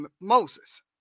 Moses